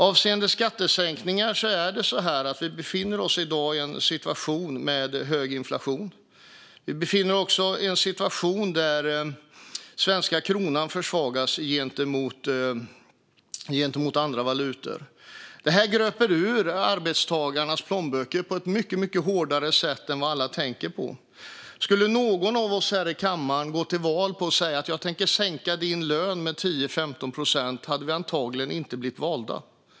Avseende skattesänkningar befinner vi oss i dag i en situation med hög inflation. Svenska kronan försvagas också gentemot andra valutor. Det gröper ur arbetstagarnas plånböcker på ett mycket hårdare sätt än alla tänker på. Om någon av oss här i kammaren skulle gå till val på att säga att man tänker sänka någons lön med 10-15 procent hade vi antagligen inte blivit valda.